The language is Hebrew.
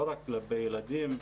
לא רק כלפי ילדים.